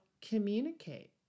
communicate